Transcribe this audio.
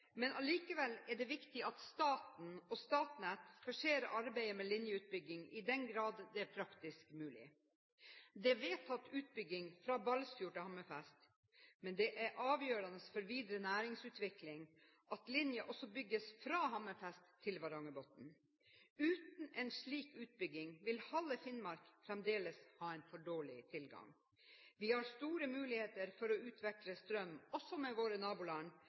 men allikevel er det viktig at staten og Statnett forserer arbeidet med linjeutbygging i den grad det er praktisk mulig. Det er vedtatt utbygging fra Balsfjord til Hammerfest, men det er avgjørende for videre næringsutvikling at linjen også bygges fra Hammerfest til Varangerbotn. Uten en slik utbygging vil halve Finnmark fremdeles ha en for dårlig tilgang. Vi har store muligheter for å utveksle strøm også med våre naboland